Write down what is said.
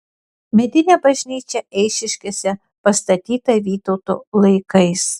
medinė bažnyčia eišiškėse pastatyta vytauto laikais